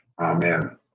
Amen